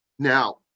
Now